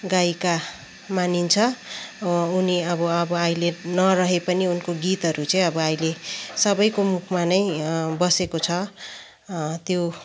गायिका मानिन्छ उनी अब अब अहिले नरहे पनि उनको गीतहरू चाहिँ अब अहिले सबैको मुखमा नै बसेको छ त्यो